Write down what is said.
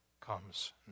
comes